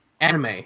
Anime